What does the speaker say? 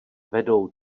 vedou